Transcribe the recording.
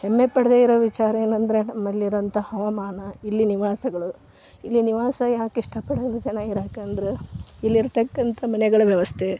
ಹೆಮ್ಮೆ ಪಡದೇ ಇರೋ ವಿಚಾರ ಏನಂದರೆ ನಮ್ಮಲಿರುವಂಥ ಹವಾಮಾನ ಇಲ್ಲಿಯ ನಿವಾಸಗಳು ಇಲ್ಲಿ ನಿವಾಸ ಯಾಕೆ ಇಷ್ಟ ಪಡಲ್ಲ ಜನ ಇರಕ್ಕೆ ಅಂದರೆ ಇಲ್ಲಿ ಇರ್ತಕ್ಕಂಥ ಮನೆಗಳ ವ್ಯವಸ್ಥೆ